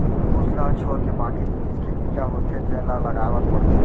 कुछ ल छोरके बाकी जिनिस के बीजा होथे जेन ल लगाए बर परथे